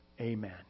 Amen